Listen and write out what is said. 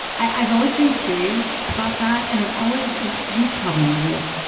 i've always been curious about that, and i've always. and you probably know this.